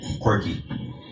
quirky